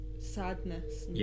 sadness